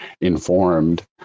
informed